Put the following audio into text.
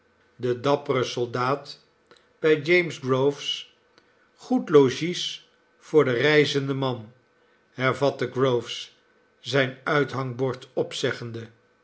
de dappere soldaat bij james groves goed logies voor den reizenden man hervatte groves zijn uithangbord opzeggende